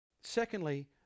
Secondly